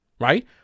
right